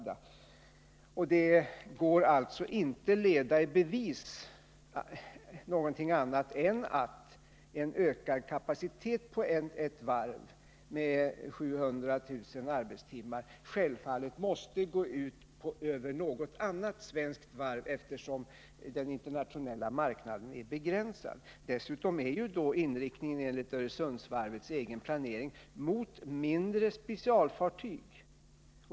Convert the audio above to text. Det går inte att leda i bevis något annat än att en ökad kapacitet på ett varv Nr 164 med 700 000 arbetstimmar måste gå ut över något annat svenskt varv, Torsdagen den eftersom den internationella marknaden är begränsad. Dessutom går ju produktionsinriktningen enligt Öresundsvarvets egen planering mot mindre specialfartyg.